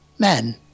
Men